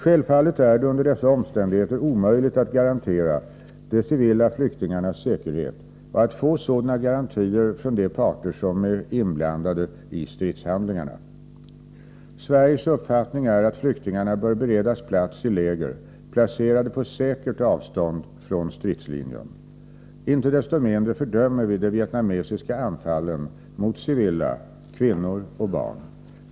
Självfallet är det under dessa omständigheter omöjligt att garantera de civila flyktingarnas säkerhet och att få sådana garantier från de parter som är inblandade i stridshandlingarna. Sveriges uppfattning är att flyktingarna bör beredas plats i läger placerade på säkert avstånd från stridslinjen. Icke desto mindre fördömer vi de vietnamesiska anfallen mot civila, kvinnor och barn.